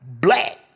Black